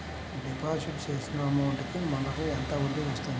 Deposit చేసిన amount కి మనకి ఎంత వడ్డీ వస్తుంది?